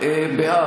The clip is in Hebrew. ג'אבר